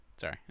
Sorry